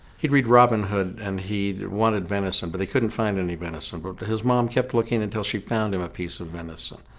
he'd read robin hood and he wanted venison but he couldn't find any venison. but his mom kept looking until she found him a piece of venison.